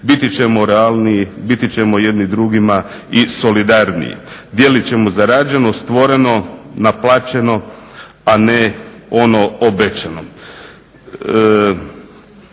biti ćemo realniji, biti ćemo jedni drugima i solidarniji. Dijeliti ćemo zarađeno, stvoreno, naplaćeno, a ne ono obećano.